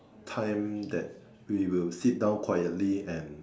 time that we will sit down quietly and